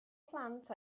plant